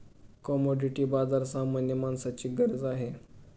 commodity बाजार सामान्य माणसाची गरज आहे